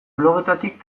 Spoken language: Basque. blogetatik